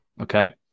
Okay